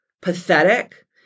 pathetic